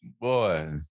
boy